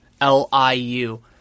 L-I-U